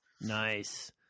Nice